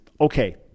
Okay